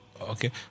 Okay